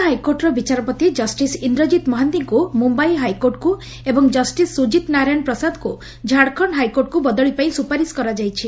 ଓଡ଼ିଶା ହାଇକୋର୍ଟର ବିଚାରପତି ଜଷ୍ଟିସ୍ ଇନ୍ଦ୍ରକିତ ମହାନ୍ତିଙ୍କୁ ମୁମାଇ ହାଇକୋର୍ଟକୁ ଏବଂ କୃଷ୍ଟିସ୍ ସ୍ବଜିତ ନାରାୟଣ ପ୍ରସାଦଙ୍କୁ ଝାଡ଼ଖଣ୍ଡ ହାଇକୋର୍ଟକୁ ବଦଳି ପାଇଁ ସ୍ବପାରିଶ କରାଯାଇଛି